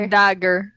dagger